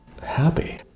happy